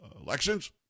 elections